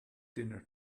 dinner